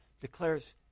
declares